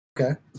Okay